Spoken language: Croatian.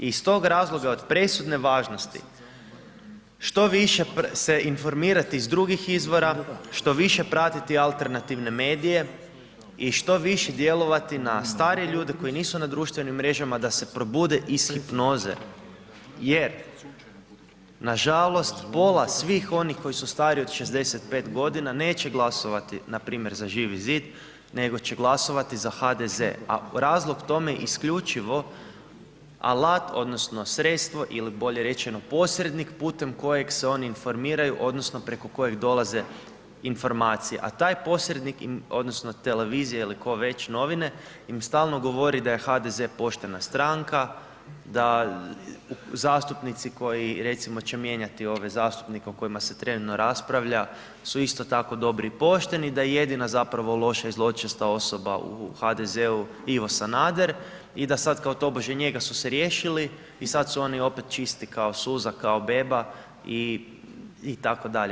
I iz tog razloga od presudne važnosti što više se informirati iz drugih izvora, što više pratiti alternativne medije i što više djelovati na stare ljude koji nisu na društvenim mrežama da se probude iz hipnoze jer nažalost pola svih onih koji su stariji od 65.g. neće glasovati npr. za Živi Zid, nego će glasovati za HDZ, a razlog tome je isključivo alat odnosno sredstvo ili bolje rečeno posrednik putem kojeg se oni informiraju odnosno preko kojeg dolaze informacije, a taj posrednik im odnosno televizija ili ko već, novine, im stalno govori da je HDZ poštena stranka, da zastupnici koji recimo će mijenjati ove zastupnike o kojima se trenutno raspravlja su isto tako dobri i pošteni, da je jedina zapravo loša i zločasta osoba u HDZ-u Ivo Sanader i da sad kao tobože njega su se riješili i sad su oni opet čisti kao suza, kao beba, itd.